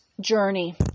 journey